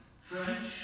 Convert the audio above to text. French